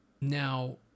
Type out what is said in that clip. now